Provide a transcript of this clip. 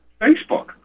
Facebook